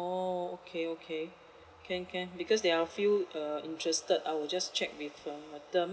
orh okay okay can can because there are a few uh interested I will just check with uh them